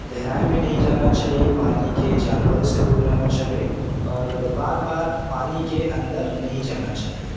گہرائی میں نہیں جانا چاہیے پانی کے جانوروں سے دور رہنا چاہیے اور بار بار پانی کے اندر نہیں جانا چاہیے